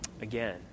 again